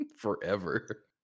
Forever